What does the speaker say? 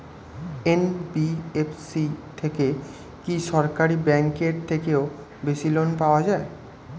NBFC থেকে কি সরকারি ব্যাংক এর থেকেও বেশি লোন পাওয়া যায়?